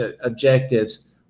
objectives